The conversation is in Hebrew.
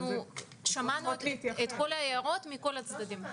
שמענו את כל ההערות מכל הצדדים.